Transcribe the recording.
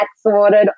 sorted